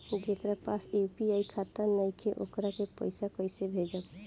जेकरा पास यू.पी.आई खाता नाईखे वोकरा के पईसा कईसे भेजब?